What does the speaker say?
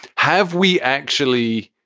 have we actually.